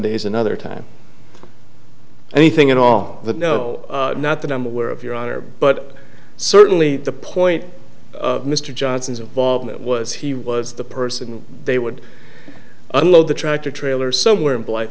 days another time anything at all that no not that i'm aware of your honor but certainly the point mr johnson's involvement was he was the person they would unload the tractor trailer somewhere in bl